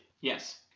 yes